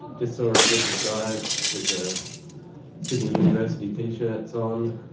just saw a group of guys with the sydney university t-shirts on